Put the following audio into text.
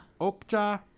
OKJA